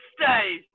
stay